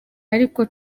ariko